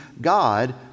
God